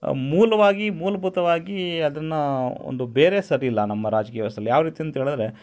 ಮೂಲವಾಗಿ ಮೂಲಭೂತವಾಗಿ ಅದನ್ನ ಒಂದು ಬೇರೇ ಸರಿಯಿಲ್ಲ ನಮ್ಮ ರಾಜಕೀಯ ವ್ಯವಸ್ಥೆಯಲ್ಲಿ ಯಾವ ರೀತಿ ಅಂತ ಹೇಳಿದ್ರೆ